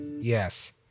Yes